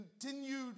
continued